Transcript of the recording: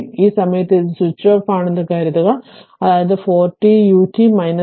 ഈ സമയത്ത് അത് സ്വിച്ച് ഓഫ് ആണെന്ന് കരുതുക അതിനാൽ 4 t ut 4 t ut 3